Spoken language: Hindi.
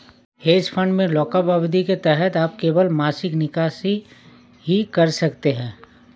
हेज फंड में लॉकअप अवधि के तहत आप केवल मासिक निकासी ही कर सकते हैं